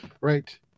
right